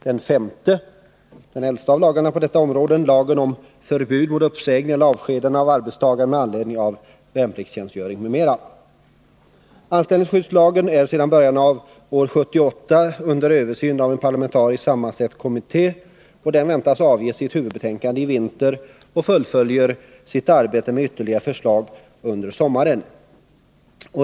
Den femte gäller den äldsta av lagarna på detta område, lagen om förbud mot Anställningsskyddslagen är sedan början av år 1978 under översyn av en parlamentariskt sammansatt kommitté. Den väntas avge sitt huvudbetänkande i vinter och fullföljer sitt arbete med ytterligare förslag under sommaren.